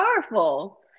powerful